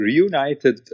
reunited